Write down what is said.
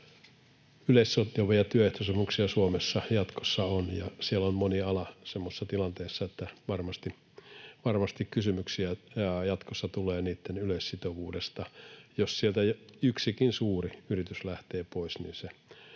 yleissitovia työehtosopimuksia Suomessa jatkossa on. Siellä on moni ala semmoisessa tilanteessa, että varmasti jatkossa tulee kysymyksiä niitten yleissitovuudesta. Jos sieltä yksikin suuri yritys lähtee pois, niin se